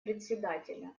председателя